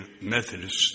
Methodist